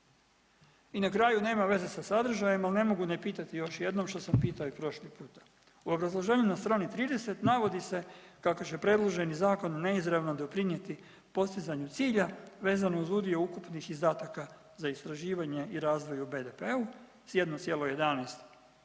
I na kraju nema veze sa sadržajem, ali ne mogu ne pitati još jednom što sam pitao i prošli puta. U obrazloženju na strani 30 navodi se kako će predloženi zakon neizravno doprinijeti postizanju cilja vezano uz udio ukupnih izdataka za istraživanje i razvoj u BDP-u sa 11,11